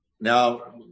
Now